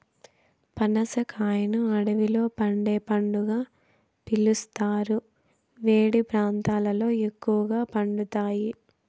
పనస కాయను అడవిలో పండే పండుగా పిలుస్తారు, వేడి ప్రాంతాలలో ఎక్కువగా పండుతాయి